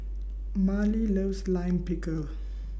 Mallie loves Lime Pickle